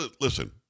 Listen